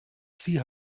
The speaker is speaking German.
sie